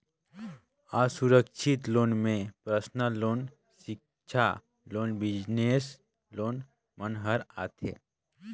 असुरक्छित लोन में personal loan, सिक्छा लोन, बिजनेस लोन मन हर आथे